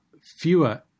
fewer